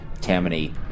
Tammany